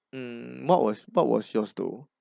mm what was what was your though